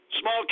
small